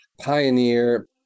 pioneer